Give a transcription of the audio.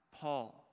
Paul